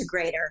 integrator